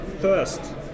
first